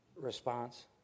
response